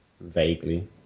Vaguely